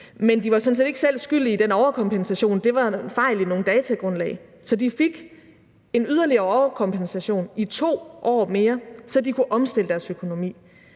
sådan set ikke selv skyld i den overkompensation, for der var fejl i nogle datagrundlag. Så de fik en yderligere overkompensation i 2 år mere, så de kunne omstille deres økonomi.